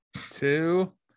two